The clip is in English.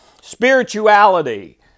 spirituality